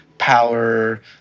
power